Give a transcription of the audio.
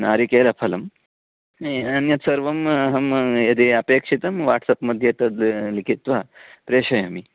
नारिकेरफ़लम् अन्यत् सर्वम् अहं यदि अपेक्षितं वाट्सप् मध्ये तद् लिखित्वा प्रेषयामि